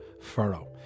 furrow